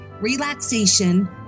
relaxation